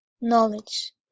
Knowledge